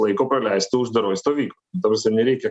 laiko praleistų uždaroj stovykloj ta prasme nereikia